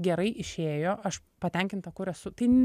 gerai išėjo aš patenkinta kur esu tai